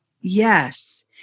Yes